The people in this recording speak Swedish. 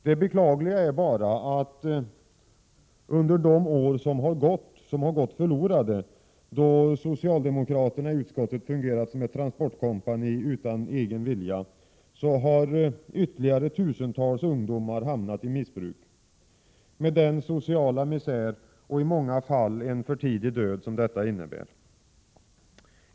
Det beklagliga är bara att under de år som har gått förlorade — då socialdemokraterna i utskottet fungerat som ett transportkompani utan egen vilja — har ytterligare tusentals ungdomar hamnat i missbruk, med den sociala misär och i många fall en för tidig död som detta innebär.